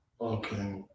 Okay